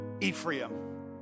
Ephraim